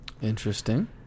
Interesting